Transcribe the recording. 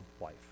life